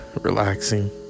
relaxing